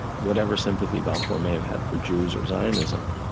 whatever sympathy balfour may have had for jews or zionism,